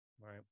Right